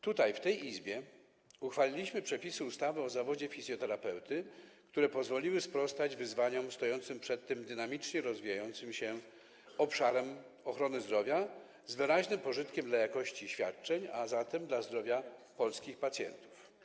Tutaj, w tej Izbie, uchwaliliśmy przepisy ustawy o zawodzie fizjoterapeuty, które pozwoliły sprostać wyzwaniom stojącym przed tym dynamicznie rozwijającym się obszarem ochrony zdrowia z wyraźnym pożytkiem dla jakości świadczeń, a zatem dla zdrowia polskich pacjentów.